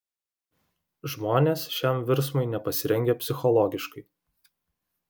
žmonės šiam virsmui nepasirengę psichologiškai